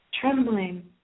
Trembling